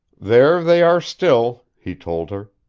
there they are still, he told her.